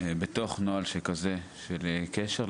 בתוך נוהל שכזה של קשר,